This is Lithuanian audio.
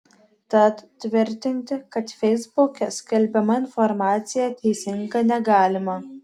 tad tvirtinti kad feisbuke skelbiama informacija teisinga negalima